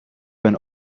ben